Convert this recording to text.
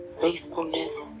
faithfulness